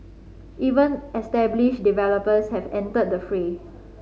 even established developers have entered the fray